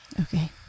okay